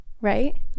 right